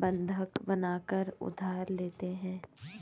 बंधक बनाकर उधार लेते हैं